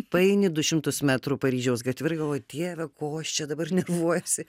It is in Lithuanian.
paeini du šimtus metrų paryžiaus gatve ir galvoji dieve ko aš čia dabar nervuojuosi